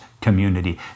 community